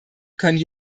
können